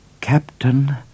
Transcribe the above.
Captain